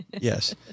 Yes